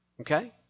Okay